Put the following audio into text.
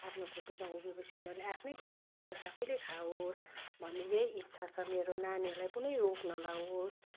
आफ्नो खुट्टोमा उभियो पछि उनीहरूले आफ्नै कमाइ गरेर आफैले खावेस् भन्ने यही इच्छा छ मेरो नानीहरूलाई कुनै रोग नलागोस्